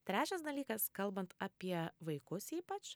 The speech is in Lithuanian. trečias dalykas kalbant apie vaikus ypač